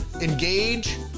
engage